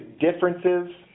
differences